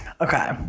Okay